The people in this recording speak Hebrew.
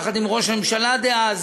יחד עם ראש הממשלה דאז,